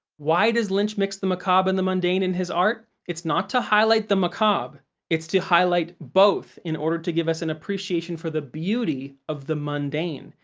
why does lynch mix the macabre and the mundane in his art? it's not to highlight the macabre it's to highlight both in order to give us an appreciation for the beauty of the mundane.